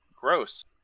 gross